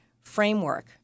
framework